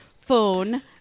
phone